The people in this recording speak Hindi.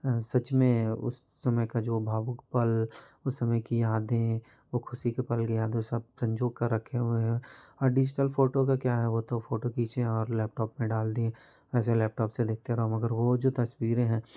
सच में उस समय का जो भावुक पल उस समय की यादें वो ख़ुशी के पल यादों सब सँजो कर रखे हुए हो और डिजिटल फ़ोटो का क्या है वो तो फ़ोटो खिंचे और लैपटॉप में डाल दिए ऐसे लैपटॉप से देखते रहो मगर वो जो तस्वीरें हैं